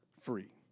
free